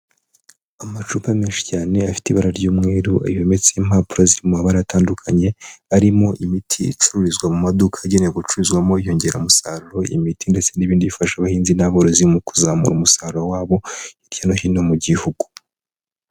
Amacupa menshi cyane afite ibara ry'umweru, yometseho impapuro zirimo amabara atandukanye, arimo imiti icururizwa mu maduka yagenewe gucuruzwamo inyongeramusaruro, imiti ndetse n'ibindi bifasha abahinzi n'aborozi mu kuzamura umusaruro wabo, hirya no hino mu gihugu.